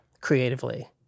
creatively